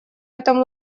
этом